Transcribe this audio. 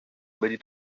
many